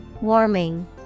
Warming